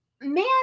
man